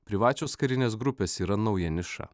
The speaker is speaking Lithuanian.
privačios karinės grupės yra nauja niša